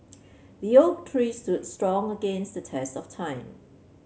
the oak tree stood strong against the test of time